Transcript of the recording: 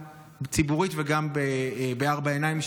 גם ציבורית וגם בארבע עיניים,